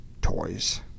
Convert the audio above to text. Toys